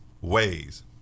ways